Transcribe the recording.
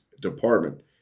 department